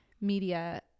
media